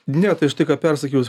ne tai štai ką persakius